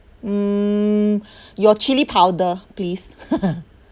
um your chili powder please